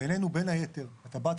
אתה בא,